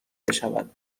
بشود